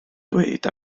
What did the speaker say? dweud